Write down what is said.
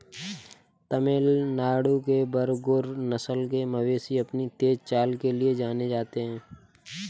तमिलनाडु के बरगुर नस्ल के मवेशी अपनी तेज चाल के लिए जाने जाते हैं